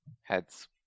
Heads